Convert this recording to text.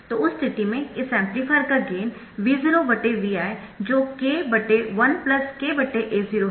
तो उस स्थिति में इस एम्पलीफायर का गेन V0 Vi जो k 1 k A0 है